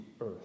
earth